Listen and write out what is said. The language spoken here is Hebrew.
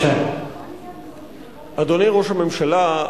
אדוני ראש הממשלה,